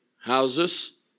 houses